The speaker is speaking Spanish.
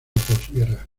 posguerra